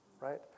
right